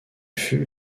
fut